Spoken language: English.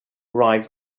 arrive